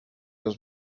los